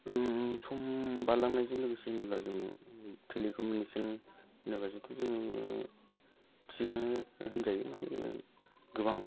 सम बारलांनयजों लोगोसे होनोब्ला जों टेलिकउमिनिसन होनोबाथ' जेहुथु जों थिगानो होनजायो माने गोबां